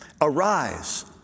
Arise